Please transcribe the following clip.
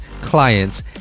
clients